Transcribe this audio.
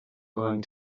going